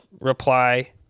reply